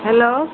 hello